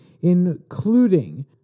including